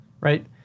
right